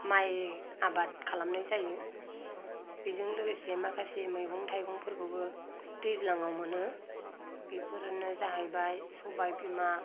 माइ आबाद खालामनाय जायो बेजों लोगोसे माखासे मैगं थाइगंफोरखौबो दैज्लांआव मोनो बेफोरनो जाहैबाय सबाय बिमा